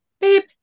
beep